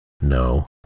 No